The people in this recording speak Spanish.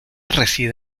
reside